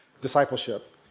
discipleship